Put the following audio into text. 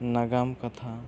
ᱱᱟᱜᱟᱢ ᱠᱟᱛᱷᱟ